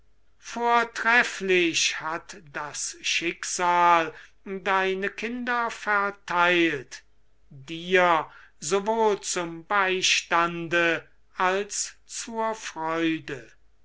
vortrefflich hat das schicksal deine kinder vertheilt dir sowohl zum beistande als zur freude